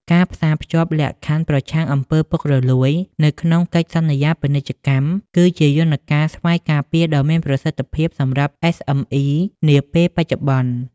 ការផ្សារភ្ជាប់លក្ខខណ្ឌ "ប្រឆាំងអំពើពុករលួយ" ទៅក្នុងកិច្ចសន្យាពាណិជ្ជកម្ម គឺជាយន្តការស្វ័យការពារដ៏មានប្រសិទ្ធភាពសម្រាប់ SME នាពេលបច្ចុប្បន្ន។